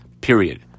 period